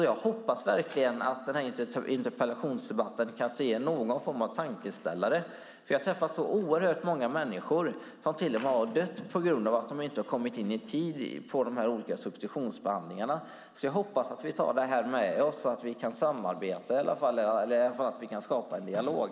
Jag hoppas verkligen att den här interpellationsdebatten ger någon form av tankeställare. Jag har träffat många människor som till och med har dött på grund av att de inte har kommit in i tid till de olika substitutionsbehandlingarna. Jag hoppas att vi tar det här med oss och att vi kan samarbeta eller att vi i det här fallet kan skapa en dialog.